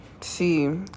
See